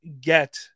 get